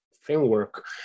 framework